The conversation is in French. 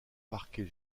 parquet